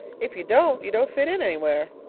if you don't, you don't fit in anywhere.